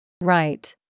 Right